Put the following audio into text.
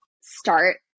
start